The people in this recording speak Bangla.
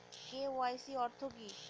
কে.ওয়াই.সি অর্থ কি?